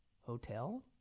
Hotel